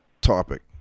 topic